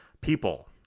people